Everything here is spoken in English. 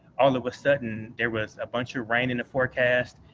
all of a sudden, there was a bunch of rain in the forecast,